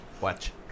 Watch